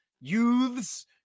Youths